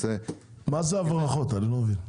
מה זה הברחות אני לא מבין?